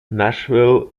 nashville